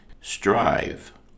strive